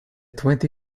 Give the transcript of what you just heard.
twenty